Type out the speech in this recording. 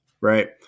right